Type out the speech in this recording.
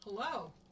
Hello